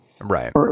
Right